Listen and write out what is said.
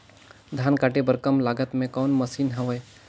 धान काटे बर कम लागत मे कौन मशीन हवय?